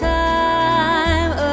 time